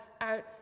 out